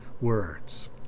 words